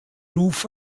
ruf